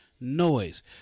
noise